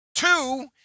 Two